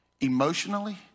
emotionally